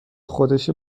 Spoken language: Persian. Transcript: خودشه